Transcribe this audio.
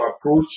approach